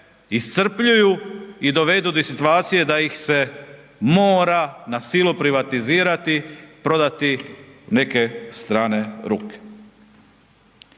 iscrpljuju i dovedu do situacije da ih se mora na silu privatizirati, prodati neke strane ruke.